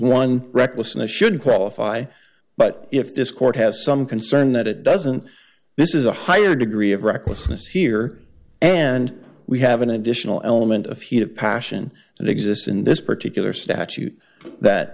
one recklessness should qualify but if this court has some concern that it doesn't this is a higher degree of recklessness here and we have an additional element of heat of passion that exists in this particular statute that